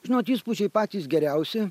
žinot įspūdžiai patys geriausi